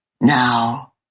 Now